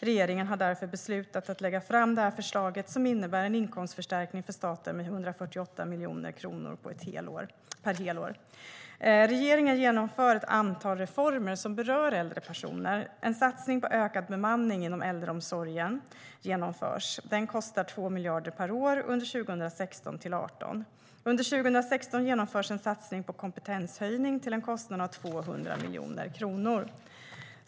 Regeringen har därför beslutat att lägga fram detta förslag som innebär en inkomstförstärkning för staten med 148 miljoner kronor per helår. Regeringen genomför ett antal reformer som berör äldre personer. En satsning på ökad bemanning inom äldreomsorgen genomförs. Den kostar 2 000 miljoner kronor per år under 2016-2018. Under 2016 genomförs en satsning på kompetenshöjning till en kostnad av 200 miljoner kronor.